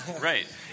right